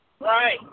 right